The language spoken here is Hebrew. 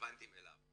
הרלבנטיים אליו.